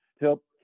help